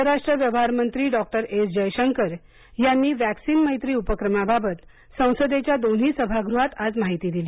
परराष्ट्र व्यवहार मंत्री डॉ एस जयशंकर यांनी वॅक्सीन मैत्री उपक्रमाबाबत संसदेच्या दोन्ही सभागृहात आज माहिती दिली